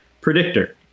predictor